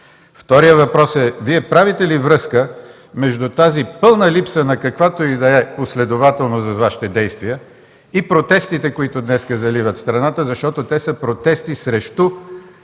Вторият въпрос е правите ли връзка между тази пълна липса на каквато и да е последователност във Вашите действия и протестите, които днес заливат страната? Защото това са протести срещу